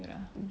ya